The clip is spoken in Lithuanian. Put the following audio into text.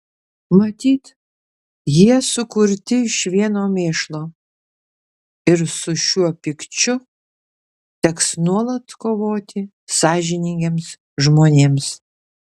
matyt jie sukurti iš vieno mėšlo ir su šiuo pykčiu teks nuolat kovoti sąžiningiems žmonėms